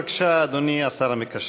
בבקשה, אדוני השר המקשר.